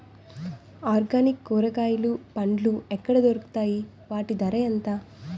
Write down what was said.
Organic కూరగాయలు పండ్లు ఎక్కడ దొరుకుతాయి? వాటి ధర ఎంత?